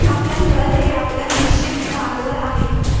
आपलं घर हे आपलं निश्चित भांडवल आहे